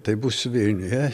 tai būsiu vilniuje